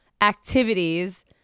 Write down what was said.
activities